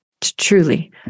truly